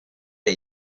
der